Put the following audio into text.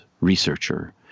researcher